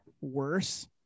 worse